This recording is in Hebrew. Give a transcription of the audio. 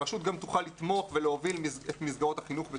הרשות גם תוכל לתמוך ולהוביל את מסגרות החינוך בתחומה.